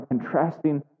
contrasting